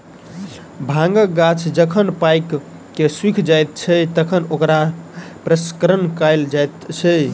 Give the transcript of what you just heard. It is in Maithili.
भांगक गाछ जखन पाइक क सुइख जाइत छै, तखन ओकरा प्रसंस्करण कयल जाइत अछि